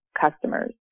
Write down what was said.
customers